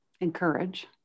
encourage